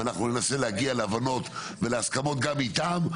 ואנחנו ננסה להגיע להבנות ולהסכמות גם איתם,